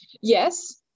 Yes